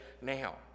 now